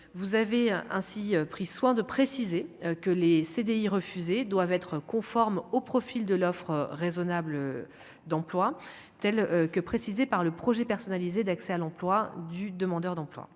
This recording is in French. vous avez ainsi pris soin de préciser que les CDI refuser doivent être conformes au profil de l'offre raisonnable d'emploi telle que précisée par le projet personnalisé d'accès à l'emploi du demandeur d'emploi,